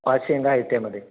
पाच शेंगा आहेत त्यामध्ये